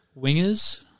Wingers